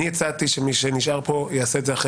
אני הצעתי שמי שנשאר כאן יעשה את זה אחרי